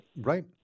Right